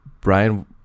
Brian